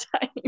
time